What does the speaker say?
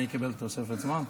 אני אקבל תוספת זמן?